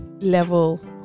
level